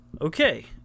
Okay